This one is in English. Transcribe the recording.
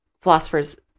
philosophers